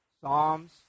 Psalms